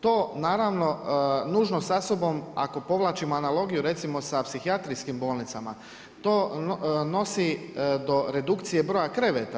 To naravno nužno sa sobom ako povlačimo analogiju recimo sa psihijatrijskim bolnicama to nosi do redukcije broja kreveta.